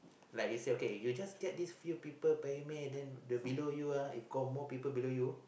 like you say okay you just get this few people pyramid then the below you ah if got more people below you